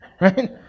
Right